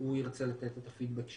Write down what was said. הוא ירצה לתת את הפידבק שלו.